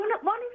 one